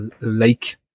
Lake